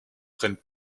prennent